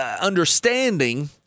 understanding